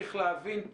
צריך להבין,